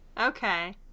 Okay